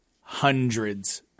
hundreds